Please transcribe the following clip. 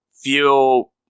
feel